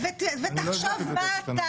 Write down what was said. תחשוב מה אתה